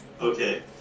okay